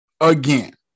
Again